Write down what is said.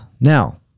Now